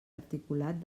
articulat